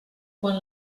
quan